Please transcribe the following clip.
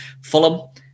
Fulham